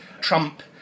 Trump